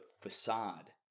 facade